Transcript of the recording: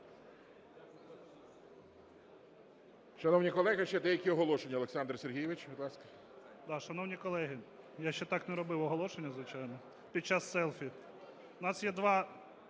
Шановні колеги, ще деякі оголошення. Олександр Сергійович, будь ласка.